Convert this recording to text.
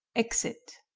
exit